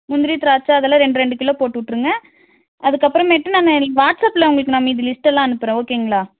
முந்திரி திராட்சை அதெல்லாம் ரெண்டு ரெண்டு கிலோ போட்டுவிட்ருங்க அதுக்கு அப்புற மேட்டு நான் வாட்ஸப்பில் உங்களுக்கு நான் மீதி லிஸ்ட் எல்லாம் அனுப்புகிறேன் ஓகேங்களா